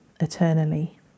eternally